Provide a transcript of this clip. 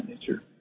nature